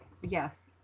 yes